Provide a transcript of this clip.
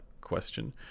question